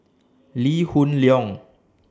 Lee Hoon Leong